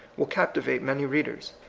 will captivate many readers.